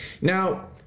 Now